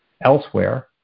elsewhere